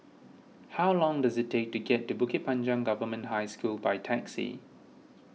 how long does it take to get to Bukit Panjang Government High School by taxi